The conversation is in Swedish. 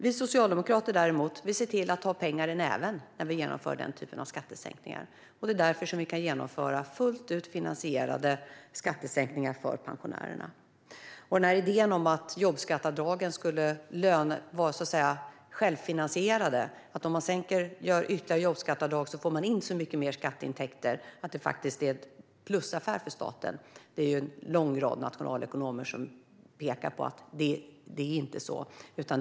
Vi socialdemokrater, däremot, ser till att ha pengar i näven när vi genomför denna typ av skattesänkningar. Det är därför vi kan genomföra fullt finansierade skattesänkningar för pensionärerna. När det gäller idén att jobbskatteavdragen skulle vara självfinansierande, att om man gör ytterligare jobbskatteavdrag får man in så mycket större skatteintäkter att det blir en plusaffär för staten, är det en lång rad nationalekonomer som pekar på att det inte är så.